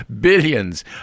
billions